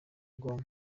bwoko